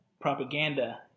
propaganda